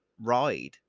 ride